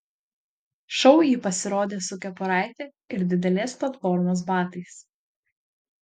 šou ji pasirodė su kepuraite ir didelės platformos batais